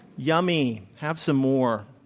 yummy. have some more.